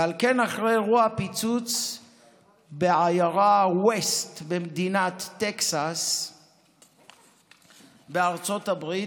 ועל כן אחרי אירוע פיצוץ בעיירה וסט במדינת טקסס בארצות הברית